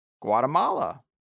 Guatemala